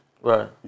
Right